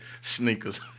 Sneakers